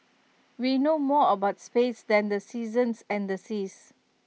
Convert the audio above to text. we know more about space than the seasons and the seas